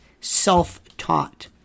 Self-taught